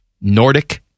Nordic